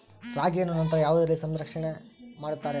ರಾಗಿಯನ್ನು ನಂತರ ಯಾವುದರಲ್ಲಿ ಸಂರಕ್ಷಣೆ ಮಾಡುತ್ತಾರೆ?